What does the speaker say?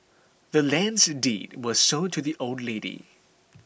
the land's deed was sold to the old lady